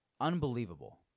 Unbelievable